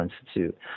Institute